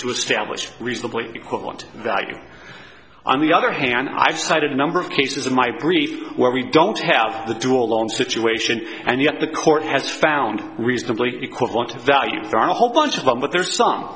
to establish reasonably equivalent value on the other hand i've cited a number of cases in my brief where we don't have the two alone situation and yet the court has found reasonably equivalent to values are a whole bunch of them but there's some